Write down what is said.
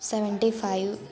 seventy five